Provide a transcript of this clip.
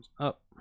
up